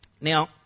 Now